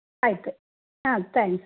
ಆಯಿತು ಹಾಂ ತ್ಯಾಂಕ್ಸ್